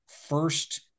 first